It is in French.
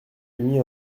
émis